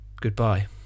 Goodbye